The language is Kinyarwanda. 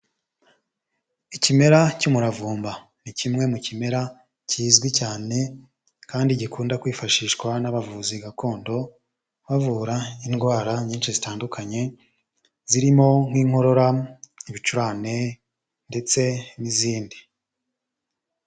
Ikimera cy'umuravumba ni kimwe mu kimera kizwi cyane kandi gikunda kwifashishwa n'abavuzi gakondo bavura indwara nyinshi zitandukanye, zirimo nk'inkorora, ibicurane ndetse n'izindi.